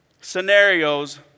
scenarios